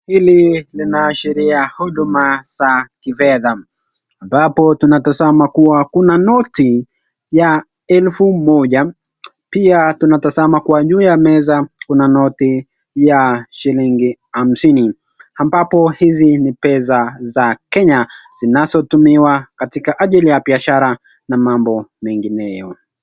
Hili linaashiria huduma za kifedha ambapo tunatazama kuwa kuna noti ya elfu moja. Pia tunatazama kuwa juu ya meza kuna noti ya shilingi hamsini ambapo hizi ni pesa za Kenya zinazotumiwa katika ajili ya biashara na mambo mengineyo.